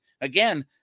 Again